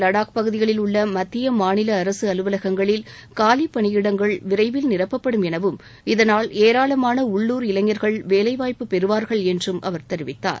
லடாக் பகுதிகளில் உள்ள மத்திய மாநில ஜம்மு காஷ்மீர் காலிப்பணியிடங்கள் விரைவில் நிரப்பப்படும் எனவும் இதனால் ஏராளமான உள்ளூர் இளைஞர்கள் வேலைவாய்ப்பு பெறுவார்கள் என்றும் அவர் தெரிவித்தார்